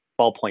ballpoint